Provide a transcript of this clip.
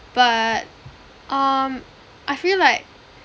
but um I feel like